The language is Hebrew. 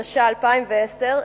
התש"ע 2010,